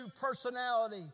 personality